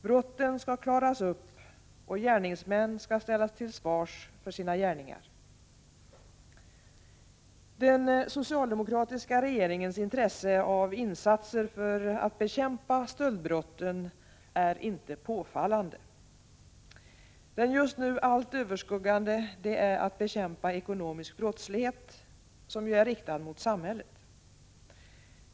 Brotten skall klaras upp och gärningsmän ställas till svars för sina gärningar. Den socialdemokratiska regeringens intresse av insatser för att bekämpa stöldbrotten är inte påfallande. Det just nu allt överskuggande är att bekämpa ekonomisk brottslighet som är riktad mot samhället.